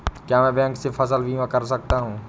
क्या मैं बैंक से फसल बीमा करा सकता हूँ?